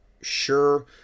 sure